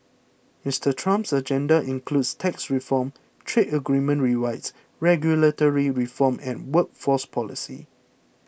Mister Trump's agenda includes tax reform trade agreement rewrites regulatory reform and workforce policy